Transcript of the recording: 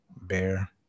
Bear